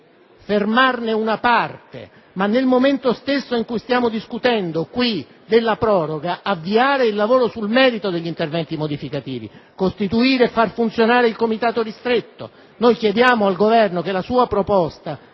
fermare una parte dei decreti ma, nel momento stesso in cui stiamo discutendo della proroga, bisogna avviare il lavoro sul merito degli interventi modificativi, bisogna costituire e far funzionare un Comitato ristretto. Chiediamo al Governo che la sua proposta